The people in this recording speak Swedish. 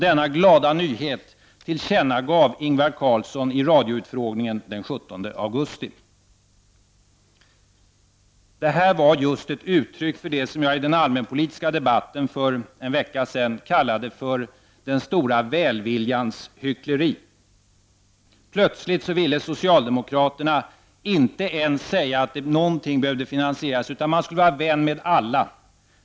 Denna glada nyhet tillkännagav Ingvar Carlsson vid radioutfrågningen den 17 augusti. Det här var just ett uttryck för det som jag i den allmänpolitiska debatten för en vecka sedan kallade den stora välviljans hyckleri. Plötsligt ville socialdemokraterna inte säga att någonting behövde finansieras, utan de skulle vara vän med alla.